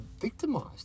victimized